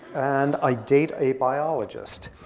and i date a biologist.